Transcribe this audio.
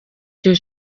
cyo